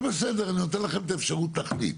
זה בסדר, אני נותן לכם את האפשרות להחליט.